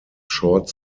short